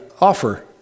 offer